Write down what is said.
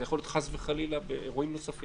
זה יכול להיות חס וחלילה באירועים נוספים